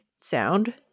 sound